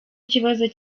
ikibazo